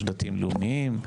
יש דתיים לאומיים.